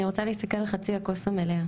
אני רוצה להסתכל על חצי הכוס המלאה